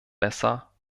besser